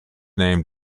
name